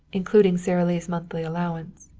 including sara lee's monthly allowance.